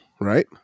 right